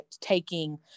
taking